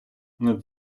над